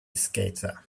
skater